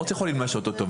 אורט יכולים להשעות אותו.